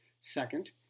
Second